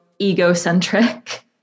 egocentric